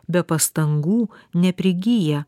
be pastangų neprigyja